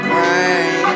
rain